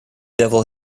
devil